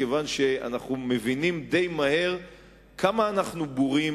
כיוון שאנחנו מבינים די מהר כמה אנחנו בורים,